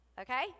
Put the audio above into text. okay